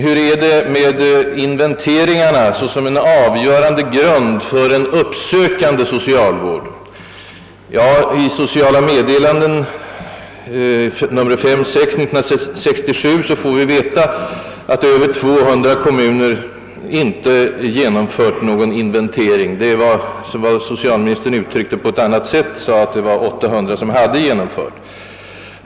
Hur är det nu med de kommande inventeringarna såsom en avgörande grund för att kunna organisera en uppsökande socialvård? I Sociala meddelanden nr 5—6 år 1967 får man veta, att i över 200 kommuner ingen inventering genomförts; det var vad socialministern uttryckte på ett annat sätt, när han sade, att det var 800 som hade slutfört en sådan inventering.